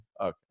Okay